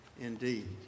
indeed